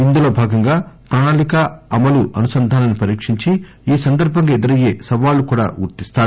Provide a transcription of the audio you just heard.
ఇందులో భాగంగా ప్రణాళిక అమలు అనుసంధానాన్ని పరీక్షించి ఈ సందర్బంగా ఎదురయ్యే సవాళ్లను కూడా గుర్తిస్తారు